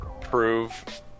prove